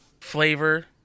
flavor